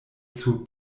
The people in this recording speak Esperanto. sur